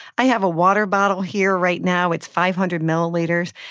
i have a water bottle here right now it's five hundred milliliters.